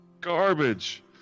garbage